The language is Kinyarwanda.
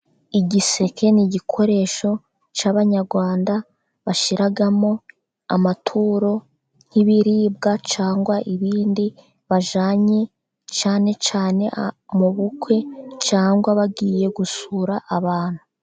Igiseke n'igikoresho cy'abanyarwanda, bashiramo amaturo nk'ibiribwa, cyangwa ibindi bajyanye, cyane cyane mu bukwe, cyangwa bagiye gusura abantu.